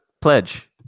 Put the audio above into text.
pledge